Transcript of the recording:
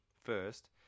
First